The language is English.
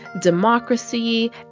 democracy